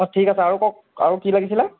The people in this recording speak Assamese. অঁ ঠিক আছে আৰু কওক আৰু কি লাগিছিলে